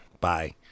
bye